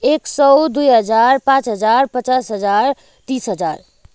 एक सौ दुई हजार पाँच हजार पचास हजार तिस हजार